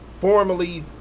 formally